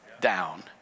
down